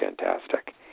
fantastic